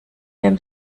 dem